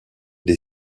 des